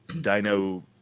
dino